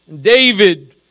David